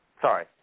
sorry